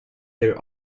their